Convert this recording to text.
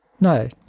No